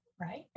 Right